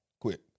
Quit